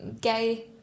Gay